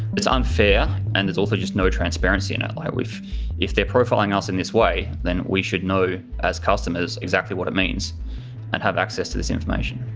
it's unfair. and there's also just no transparency in it. like if they're profiling us in this way, then we should know as customers exactly what it means and have access to this information.